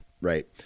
right